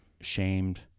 shamed